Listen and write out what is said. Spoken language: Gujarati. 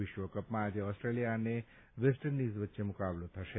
વિશ્વકપમાં આજે ઓસ્ટ્રેલિયા અને વેસ્ટ ઈન્ડિઝ વચ્ચે મુકાબલો થશે